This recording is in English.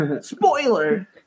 spoiler